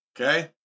Okay